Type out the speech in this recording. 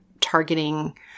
targeting